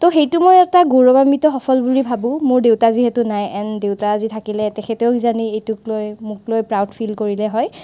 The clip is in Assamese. তো সেইটো মই এটা গৌৰৱান্বিত সফল বুলি ভাবোঁ মোৰ দেউতা যিহেতু নাই এন দেউতা আজি থাকিলে তেখেতেও কিজানি এইটোক লৈ মোক লৈ প্ৰাউড ফিল কৰিলে হয়